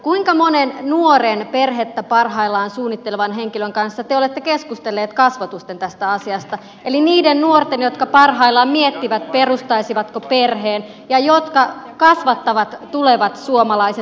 kuinka monen nuoren perhettä parhaillaan suunnittelevan henkilön kanssa te olette keskustelleet kasvotusten tästä asiasta eli niiden nuorten jotka parhaillaan miettivät perustaisivatko perheen ja jotka kasvattavat tulevat suomalaiset